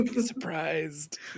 Surprised